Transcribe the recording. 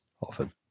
often